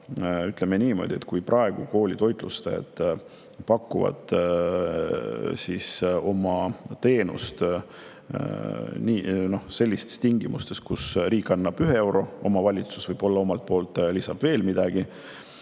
ütleme niimoodi, kui praegu koolitoitlustajad pakuvad oma teenust sellistes tingimustes, kus riik annab 1 euro, omavalitsus omalt poolt lisab veel midagi